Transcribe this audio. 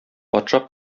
патша